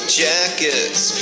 jackets